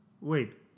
Wait